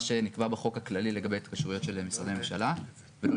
שנקבע בחוק הכללי לגבי התקשרויות של משרדי ממשלה ולא